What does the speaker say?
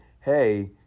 hey